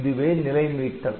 இதுவே நிலை மீட்டல்